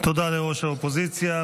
תודה לראש האופוזיציה.